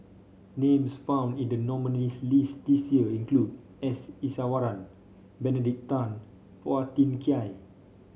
names found in the nominees' list this year include S Iswaran Benedict Tan Phua Thin Kiay